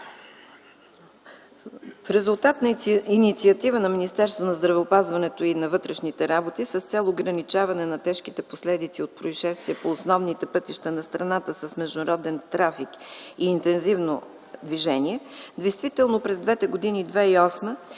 В резултат на инициатива на Министерството на здравеопазването и Министерството на вътрешните работи с цел ограничаване на тежките последици от произшествия по основните пътища на страната с международен трафик и интензивно движение действително през двете години – 2008